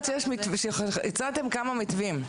הצעתם כמה מתווים,